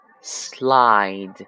Slide